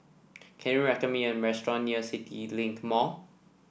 can you recommend me a restaurant near CityLink Mall